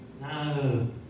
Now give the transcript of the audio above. No